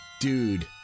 dude